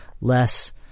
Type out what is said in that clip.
less